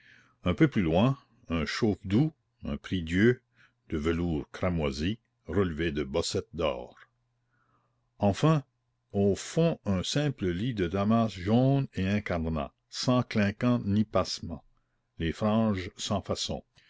un peu plus loin un chauffe doux un prie-dieu de velours cramoisi relevé de bossettes d'or enfin au fond un simple lit de damas jaune et incarnat sans clinquant ni passement les franges sans façon